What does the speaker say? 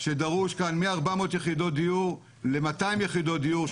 שדרוש כאן מ-400 יחידות דיור ל-200 יחידות דיור,